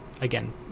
again